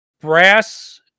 brass